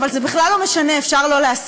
אבל זה בכלל לא משנה, אפשר לא להסכים.